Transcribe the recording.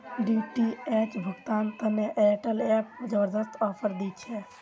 DTH भुगतान तने Airtel app जबरदस्त ऑफर दी छे